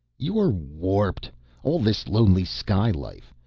you're warped all this lonely sky-life.